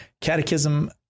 Catechism